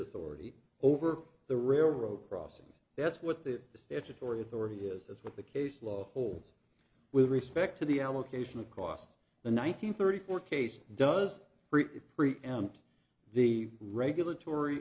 authority over the railroad crossings that's what the statutory authority is that's what the case law holds with respect to the allocation of costs the nine hundred thirty four case does it preempt the regulatory